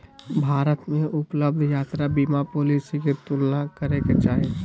भारत में उपलब्ध यात्रा बीमा पॉलिसी के तुलना करे के चाही